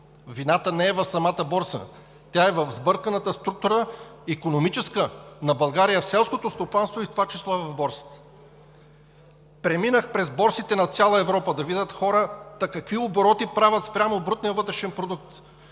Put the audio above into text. Вината не е в самата Борса, тя е в сбърканата икономическа структура на България в селското стопанство и в това число и в Борсата. Преминах през борсите на цяла Европа да видя хората какви обороти правят спрямо брутния вътрешен продукт.